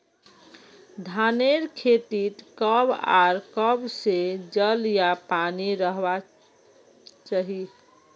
धानेर खेतीत कब आर कब से जल या पानी रहबा चही?